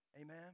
Amen